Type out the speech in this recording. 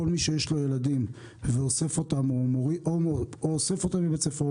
כל מי שיש לו ילדים ואו אוסף אותם מבית ספר או